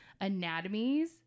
anatomies